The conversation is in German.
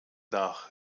nach